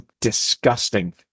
disgusting